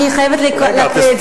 אני חייבת להקריא את זה.